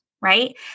right